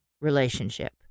relationship